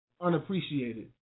unappreciated